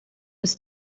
was